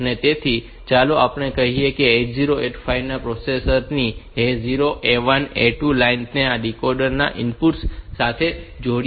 તેથી ચાલો આપણે કહીએ કે આપણે 8085 ના પ્રોસેસર ની A0 A1 અને A2 લાઇન્સ ને આ ડીકોડર ના ઇનપુટ્સ સાથે જોડીએ છીએ